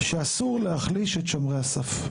שאסור להחליש את שומרי הסף.